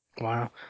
Wow